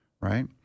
right